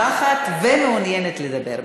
חבר הכנסת זוהיר בהלול,